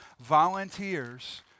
volunteers